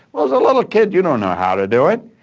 well, as a little kid, you don't know how to do it,